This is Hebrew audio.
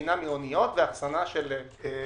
וטעינה מאוניות ואחסנה של מטענים.